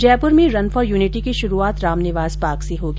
जयपुर में run for unity की शुरूआत रामनिवास बाग से होगी